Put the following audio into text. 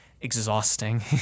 exhausting